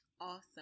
Awesome